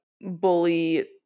bully